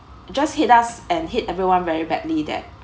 just hit us and hit everyone very badly that